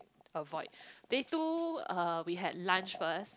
avoid day two uh we had lunch first